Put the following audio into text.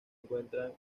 encuentra